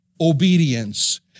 obedience